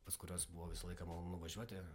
pas kuriuos buvo visą laiką malonu važiuoti